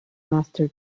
master